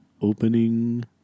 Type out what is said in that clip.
opening